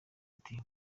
ati